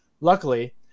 Luckily